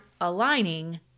aligning